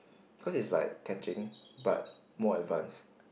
cause it's like catching but more advance